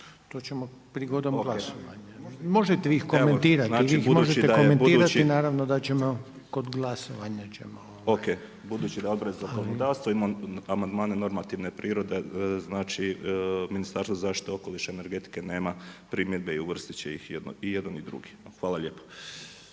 to ćemo prigodom glasovanja. Možete ih vi komentirati, vi ih možete komentirati naravno da ćemo kod glasovanja ćemo./… Ok budući da Odbor za zakonodavstvo ima amandmane normativne prirode, znači Ministarstvo zaštite okoliša i energetike nema primjedbe i uvrstit će ih i jedan i drugi. Hvala lijepa.